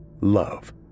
Love